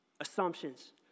assumptions